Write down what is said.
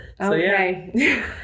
Okay